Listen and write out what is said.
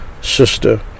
sister